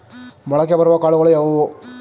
ಮೊಳಕೆ ಬರುವ ಕಾಳುಗಳು ಯಾವುವು?